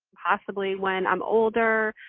possibly when i'm older,